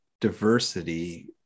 diversity